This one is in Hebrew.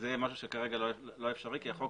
זה משהו שכרגע לא אפשרי כי החוק,